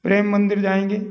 प्रेम मंदिर जाएंगे